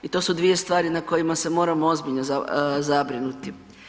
I to su dvije stvari na kojima se moramo ozbiljno zabrinuti.